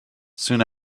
soon